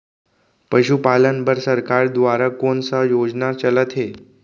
पशुपालन बर सरकार दुवारा कोन स योजना चलत हे?